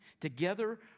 Together